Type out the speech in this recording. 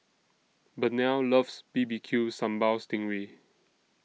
Burnell loves B B Q Sambal Sting Ray